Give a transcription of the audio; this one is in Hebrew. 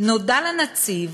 "נודע לנציב